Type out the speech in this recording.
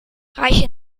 reiche